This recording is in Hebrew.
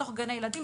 בתוך גני ילדים,